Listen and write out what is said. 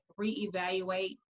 reevaluate